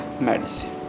medicine